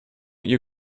you